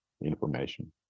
information